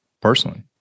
personally